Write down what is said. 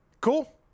cool